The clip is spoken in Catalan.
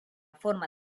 forma